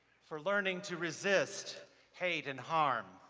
for learning to resist hate and harm,